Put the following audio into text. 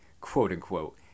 quote-unquote